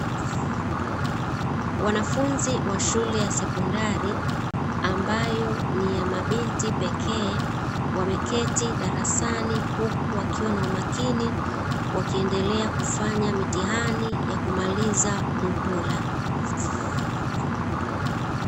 Wanafunzi wa shule ya sekondari, ambayo ni ya mabinti pekee, wameketi darasani huku wakiwa na umakini, wakiendelea kufanya mitihani ya kumaliza muhula.